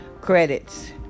Credits